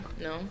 No